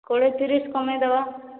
କୋଡ଼ିଏ ତିରିଶ କମାଇ ଦେବା